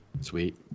Sweet